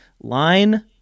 Line